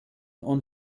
und